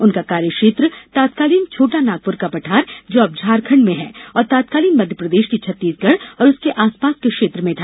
उनका कार्यक्षेत्र तत्कालीन छोटा नागपुर का पठार जो अब झारखंड में है और तत्कालीन मध्यप्रदेश के छत्तीसगढ़ और उसके आसपास के क्षेत्र में था